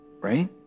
right